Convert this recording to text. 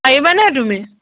পাৰিবা নাই তুমি